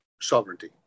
sovereignty